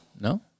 no